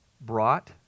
brought